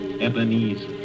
Ebenezer